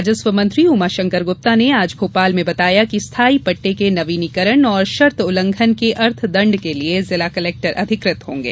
राजस्व मंत्री उमाशंकर गुप्ता ने आज भोपाल में बताया कि स्थायी पट्टे के नवीनीकरण एवं शर्त उल्लंघन के शमन लिए जिला कलेक्टर अधिकृत होंगे